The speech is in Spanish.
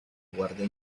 guardia